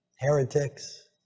Heretics